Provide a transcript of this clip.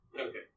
Okay